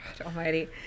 almighty